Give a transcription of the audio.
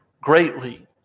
greatly